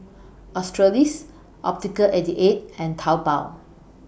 Australis Optical eighty eight and Taobao